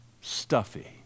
stuffy